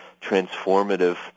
transformative